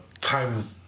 time